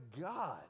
God